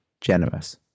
generous